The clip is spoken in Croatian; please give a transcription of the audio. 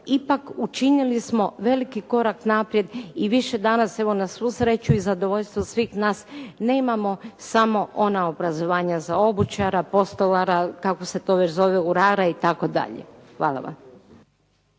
ipak učinili smo veliki korak naprijed i više danas, evo na svu sreću i zadovoljstvo svih nas nemamo samo ona obrazovanja za obućara, postolara, kako se to već zove, urara itd. Hvala vam.